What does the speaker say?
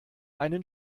einen